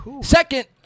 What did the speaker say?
Second